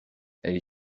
elle